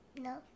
No